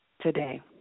today